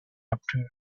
after